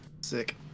sick